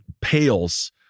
pales